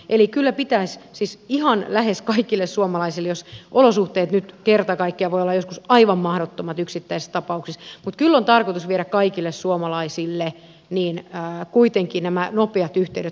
eli kyllä pitäisi siis ihan lähes kaikille suomalaisille olosuhteet kerta kaikkiaan voivat olla joskus aivan mahdottomat yksittäisissä tapauksissa mutta kyllä on tarkoitus viedä kaikille suomalaisille kuitenkin nämä nopeat yhteydet kotiin